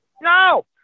No